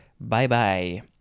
bye-bye